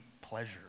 pleasure